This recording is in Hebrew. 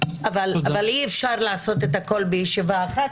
אבל אי אפשר לעשות את הכל בישיבה אחת,